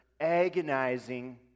agonizing